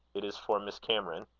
it is for miss cameron.